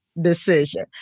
decision